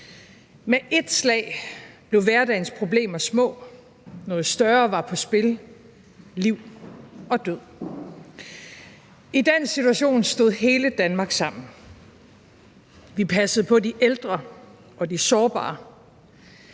Med et slag blev hverdagens problemer små, noget større var på spil – liv og død. I den situation stod hele Danmark sammen. Vi passede på de ældre og de sårbare.